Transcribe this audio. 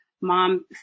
mom